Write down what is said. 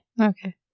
Okay